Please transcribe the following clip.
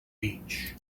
beach